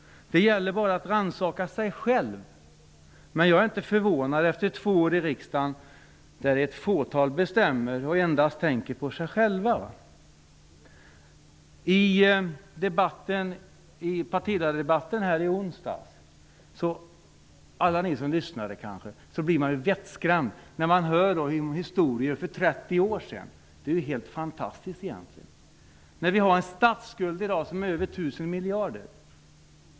Det gäller bara att rannsaka sig själv. Men jag är inte förvånad efter två år i riksdagen där ett fåtal bestämmer och man endast tänker på sig själv. I onsdags hade vi en partiledardebatt. Det kanske var många som lyssnade. Man blev vettskrämd när man fick höra historier som gick 30 år tillbaka i tiden. Det är egentligen fantastiskt, eftersom vi i dag har en statsskuld som är över tusen miljarder.